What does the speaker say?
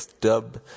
Dub